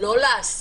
לא לעשות,